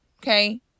Okay